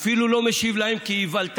אפילו לא משיב להם כאיוולתם.